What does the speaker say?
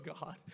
God